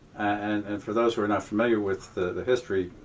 and for those who are not familiar with the history,